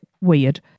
weird